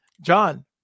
john